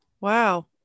wow